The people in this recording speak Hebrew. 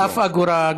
אף אגורה.